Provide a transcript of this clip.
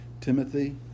Timothy